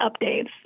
updates